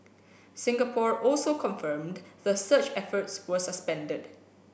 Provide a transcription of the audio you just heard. Singapore also confirmed the search efforts was suspended